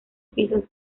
pisos